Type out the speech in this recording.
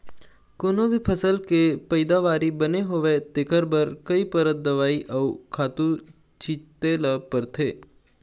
कोनो भी फसल के पइदावारी बने होवय तेखर बर कइ परत दवई अउ खातू छिते ल परथे